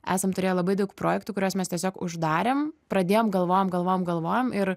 esam turėję labai daug projektų kuriuos mes tiesiog uždarėm pradėjom galvojom galvojom galvojom ir